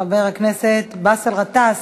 חבר הכנסת באסל גטאס,